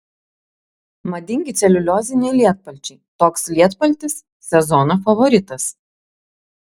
madingi celiulioziniai lietpalčiai toks lietpaltis sezono favoritas